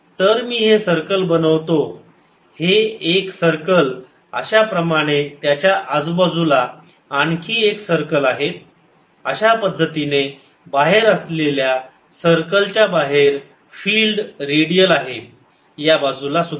तर मी हे सर्कल बनवतो हे एक सर्कल अशा प्रमाणे त्याच्या आजूबाजूला आणखी एक सर्कल आहे अशा पद्धतीने बाहेर असलेल्या सर्कलच्या बाहेर फिल्ड रेडियल आहे या बाजूला सुद्धा